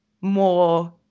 more